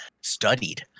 studied